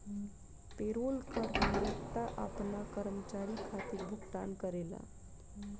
payroll कर नियोक्ता आपना कर्मचारी खातिर भुगतान करेला